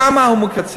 שם הוא מקצץ.